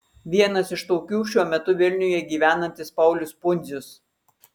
vienas iš tokių šiuo metu vilniuje gyvenantis paulius pundzius